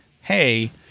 hey